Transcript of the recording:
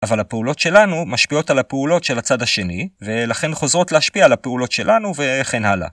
אבל הפעולות שלנו משפיעות על הפעולות של הצד השני, ולכן חוזרות להשפיע על הפעולות שלנו וכן הלאה.